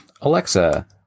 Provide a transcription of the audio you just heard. Alexa